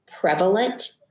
prevalent